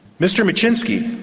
mr micsinszki,